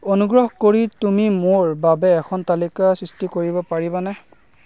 অনুগ্ৰহ কৰি তুমি মোৰ বাবে এখন তালিকা সৃষ্টি কৰিব পাৰিবানে